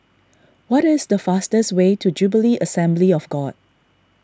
what is the fastest way to Jubilee Assembly of God